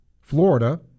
Florida